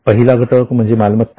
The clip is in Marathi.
पहिला घटक म्हणजे मालमत्ता